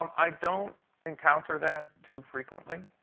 um i don't encounter that too frequently.